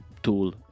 tool